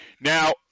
Now